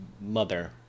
mother